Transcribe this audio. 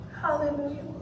Hallelujah